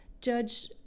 Judge